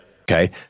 Okay